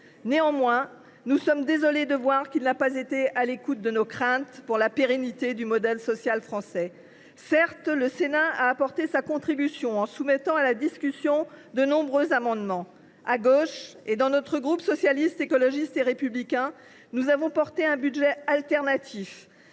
Nous sommes désolés de voir qu’il n’a pas été à l’écoute de nos craintes sur la pérennité du modèle social français. Certes, le Sénat a apporté sa contribution en soumettant à la discussion de nombreux amendements. La gauche, et notamment le groupe Socialiste, Écologiste et Républicain, a défendu un budget de